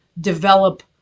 develop